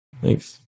Thanks